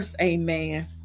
amen